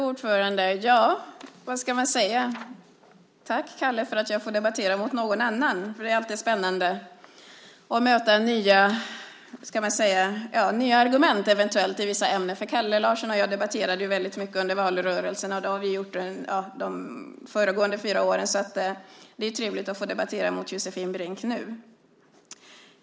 Fru talman! Jag vill tacka Kalle Larsson, som inte har möjlighet att närvara, för att jag får debattera mot någon annan. Det är alltid spännande att eventuellt möta nya argument i vissa ämnen. Kalle Larsson och jag debatterade väldigt mycket under valrörelsen. Det har vi också gjort de föregående fyra åren. Det är trevligt att nu få debattera med Josefin Brink.